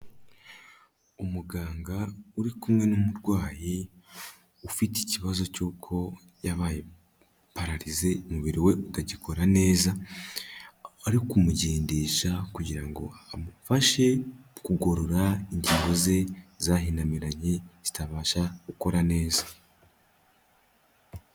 Umuganga uri kumwe n'umurwayi ufite ikibazo cy'uko yabaye pararize umubiri we utagikora neza, ari kumugendesha kugira ngo amufashe kugorora ingingo ze zahinamiranye zitabasha gukora neza.